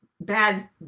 bad